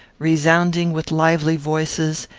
resounding with lively voices,